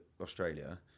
Australia